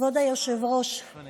כבוד היושב-ראש, אני